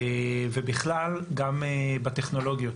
ובכלל גם בטכנולוגיות.